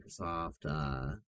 Microsoft –